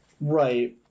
Right